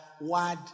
word